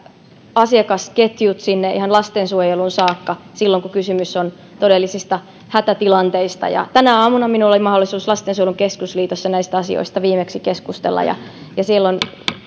asiakasketjut ihan lastensuojeluun saakka silloin kun kysymys on todellisista hätätilanteista tänä aamuna minulla oli mahdollisuus lastensuojelun keskusliitossa näistä asioista viimeksi keskustella ja ja siellä on